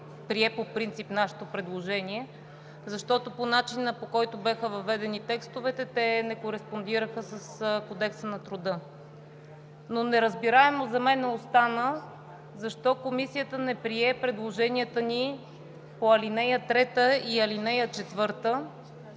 прие по принцип нашето предложение, защото по начина, по който бяха въведени текстовете, не кореспондираха с Кодекса на труда. Но неразбираемо за мен остана защо Комисията не прие предложенията по ал. 3 и ал. 4,